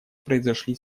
произошли